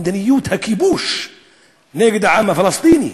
מדיניות הכיבוש נגד העם הפלסטיני,